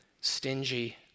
stingy